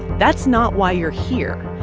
that's not why you're here.